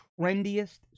trendiest